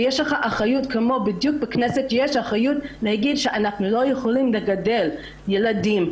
ויש לך אחריות להגיד שאנחנו לא יכולים לגדל בנים,